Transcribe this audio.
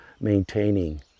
maintaining